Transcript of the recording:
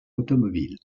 automobile